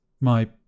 My